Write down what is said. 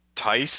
Tice